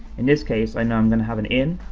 in this case, i know i'm gonna have an in,